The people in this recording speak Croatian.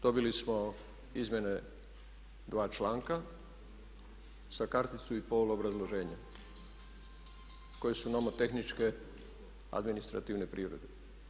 Dobili smo izmjene dva članka sa karticu i pol obrazloženja koje su nomotehničke administrativne prirode.